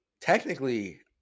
technically